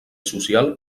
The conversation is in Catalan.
social